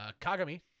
Kagami